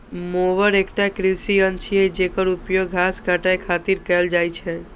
mower एकटा कृषि यंत्र छियै, जेकर उपयोग घास काटै खातिर कैल जाइ छै